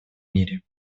мире